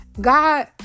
God